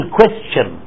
question